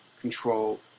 control